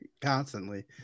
constantly